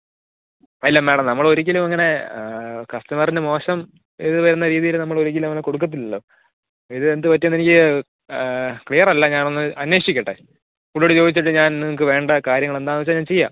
അല്ല മാഡം നമ്മളൊരിക്കലും ഇങ്ങനെ കസ്റ്റമറിന് മോശം ഇത് വരുന്ന രീതിയിൽ നമ്മൾ ഒരിക്കലും അങ്ങനെ കൊടുക്കത്തില്ലല്ലോ ഇതെന്തുപറ്റി എന്ന് എനിക്ക് ക്ലിയർ അല്ല ഞാൻ ഒന്ന് അന്വേഷിക്കട്ടെ പുള്ളിയോട് ചോദിച്ചിട്ട് ഞാൻ നിങ്ങൾക്ക് വേണ്ട കാര്യങ്ങൾ എന്താന്ന് വെച്ചാൽ ഞാൻ ചെയ്യാം